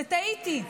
וטעיתי,